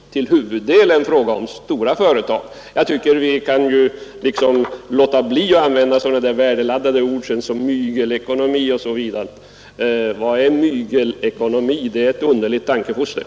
Jag tycker vi skall låta bli att använda värdeladdade ord som mygelekonomi och andra. Vad är mygelekonomi om inte ett underligt tankefoster?